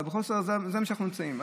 אבל כאן אנחנו נמצאים.